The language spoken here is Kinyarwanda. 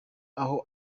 aho